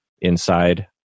inside